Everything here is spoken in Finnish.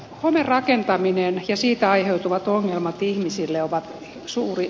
lumirakentaminen ja siitä aiheutuvat ongelmat ihmisille ovat suuri